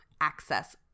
access